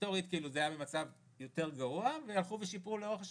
היסטורית זה היה במצב יותר גרוע ושיפרו לאורך השנים.